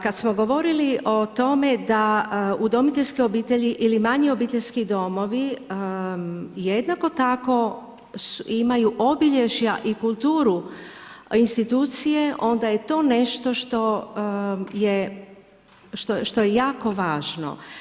Kad smo govorili o tome da udomiteljske obitelji ili manji obiteljski domovi jednako tako imaju obilježja i kulturu institucije, onda je to nešto što je jako važno.